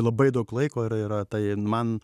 labai daug laiko ir yra tai nu man